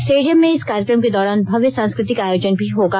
stadium में इस कार्यक्रम के दौरान भव्य सांस्कृतिक आयोजन भी होगा